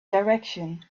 direction